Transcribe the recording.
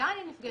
מתי אני נפגשת,